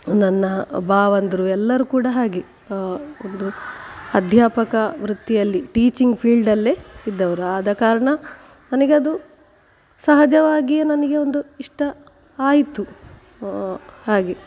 ನನ್ನ ಭಾವಂದಿರು ಎಲ್ಲರೂ ಕೂಡ ಹಾಗೆ ಒಂದು ಅಧ್ಯಾಪಕ ವೃತ್ತಿಯಲ್ಲಿ ಟೀಚಿಂಗ್ ಫೀಲ್ಡಲ್ಲೇ ಇದ್ದವರು ಆದ ಕಾರಣ ನನಗದು ಸಹಜವಾಗಿಯೇ ನನಗೆ ಒಂದು ಇಷ್ಟ ಆಯಿತು ಹಾಗೆ